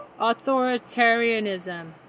Authoritarianism